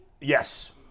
Yes